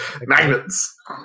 Magnets